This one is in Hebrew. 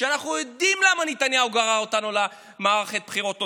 כשאנחנו יודעים למה נתניהו גרר אותנו למערכת בחירות נוספת.